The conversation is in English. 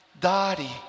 daddy